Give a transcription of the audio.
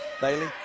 Bailey